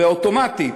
ואוטומטית,